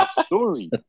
Story